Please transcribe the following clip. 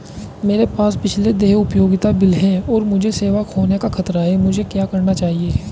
मेरे पास पिछले देय उपयोगिता बिल हैं और मुझे सेवा खोने का खतरा है मुझे क्या करना चाहिए?